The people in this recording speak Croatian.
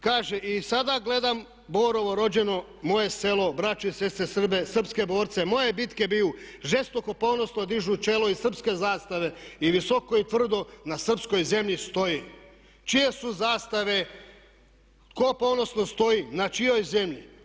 Kaže i sada gledam Borovo rođeno moje selo, braćo i sestre Srbe, srpske borce, moje bitke biju, žesto, ponosno dižu čelo i srpske zastave i visoko i tvrdo na srpskoj zemlji stoji." Čije su zastave, tko ponosno stoji, na čijoj zemlji?